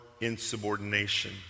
insubordination